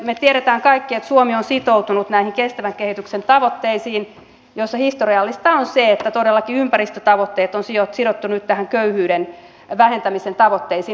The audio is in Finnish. me tiedämme kaikki että suomi on sitoutunut näihin kestävän kehityksen tavoitteisiin joissa historiallista on se että todellakin ympäristötavoitteet on sidottu nyt näihin köyhyyden vähentämisen tavoitteisiin